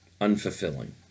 unfulfilling